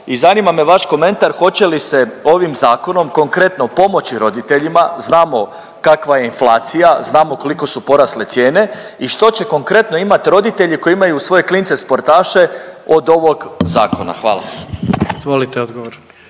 i zanima me vaš komentar hoće li se ovim zakonom konkretno pomoći roditeljima. Znamo kakva je inflacija, znamo koliko su porasle cijene i što će konkretno imat roditelji koji imaju svoje klince sportaše od ovog zakona? Hvala. **Jandroković,